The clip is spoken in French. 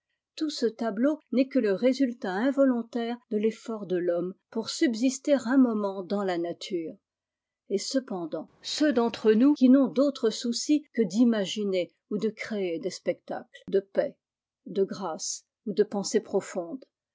tout ce tableau n'est que le résul tat involontaire de l'effort de l'homme pour subsister un moment dans la nature et cependant ceux d'entre nous qui n'ont d'autre souci que d'imaginer ou de créer des spectacles de paix de grâce ou de pensée profonde